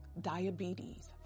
diabetes